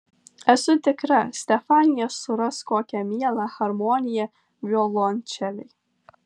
esu tikra stefanija suras kokią mielą harmoniją violončelei